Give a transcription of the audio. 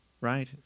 right